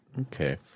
Okay